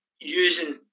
using